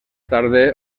tarde